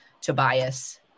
tobias